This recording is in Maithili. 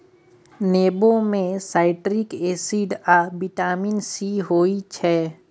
नेबो मे साइट्रिक एसिड आ बिटामिन सी होइ छै